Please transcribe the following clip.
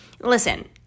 listen